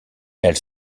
elle